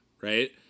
Right